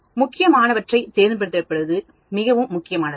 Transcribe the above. முக்கியமானவற்றைத் தேர்ந்தெடுப்பது மிகவும் முக்கியமானது